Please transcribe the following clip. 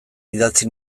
idatzi